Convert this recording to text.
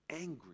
angry